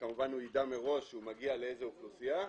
וכמובן הוא יידע מראש שהוא מגיע לאיזו אוכלוסייה,